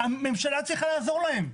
הממשלה צריכה לעזור להן.